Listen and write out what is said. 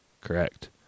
correct